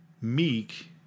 meek